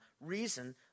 reason